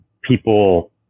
people